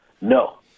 No